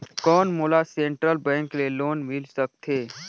कौन मोला central bank ले लोन मिल सकथे?